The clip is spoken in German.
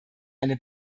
eine